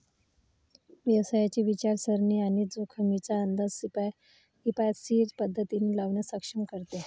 व्यवसायाची विचारसरणी आणि जोखमींचा अंदाज किफायतशीर पद्धतीने लावण्यास सक्षम करते